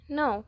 no